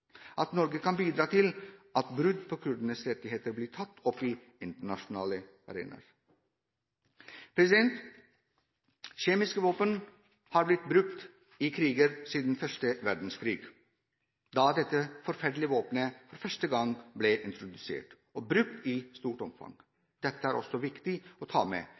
at deres menneskerettigheter ivaretas at Norge kan bidra til at brudd på kurdernes rettigheter blir tatt opp på internasjonale arenaer. Kjemiske våpen har blitt brukt i kriger siden første verdenskrig, da disse forferdelige våpnene for første gang ble introdusert og brukt i stort omfang. Dette er også viktig å ta med,